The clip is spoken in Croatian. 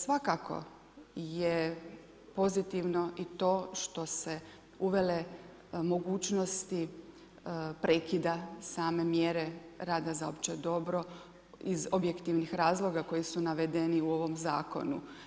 Svakako je pozitivno i to što se uvele mogućnosti prekida same mjere rada za opće dobro iz objektivnim razloga koji su navedeni u ovom Zakonu.